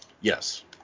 Yes